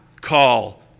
call